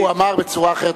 הוא אמר בצורה אחרת.